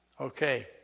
Okay